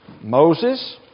Moses